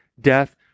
death